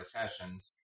recessions